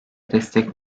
destek